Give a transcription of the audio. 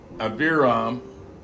Abiram